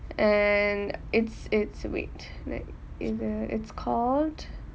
and it's it's wait in the it's called